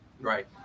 Right